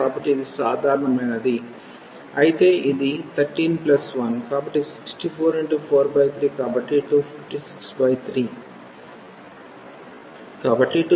కాబట్టి ఇది సాధారణమైనది అయితే ఇది 131 కాబట్టి 6443 కాబట్టి 2563